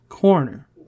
corner